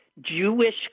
Jewish